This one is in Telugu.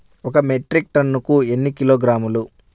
ఒక మెట్రిక్ టన్నుకు ఎన్ని కిలోగ్రాములు?